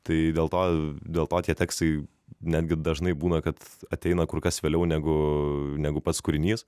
tai dėl to dėl to tie tekstai netgi dažnai būna kad ateina kur kas vėliau negu negu pats kūrinys